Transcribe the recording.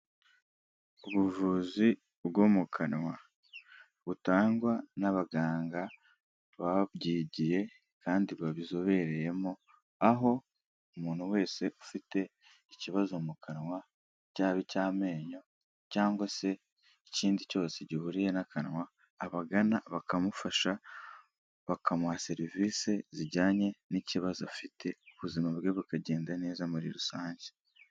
Ubuvuzi bwo mu kanwa butangwa n'abaganga babyigi kandi babizobereyemo, aho umuntu wese ufite ikibazo mu kanwa cyaba icy'amenyo cyangwa se ikindi cyose gihuriye n'akanwa. Abagana bakamufasha bakamuha serivisi zijyanye n'ikibazo afite, ubuzima bwe bukagenda neza muri rusange.